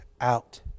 out